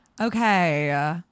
Okay